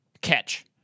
Catch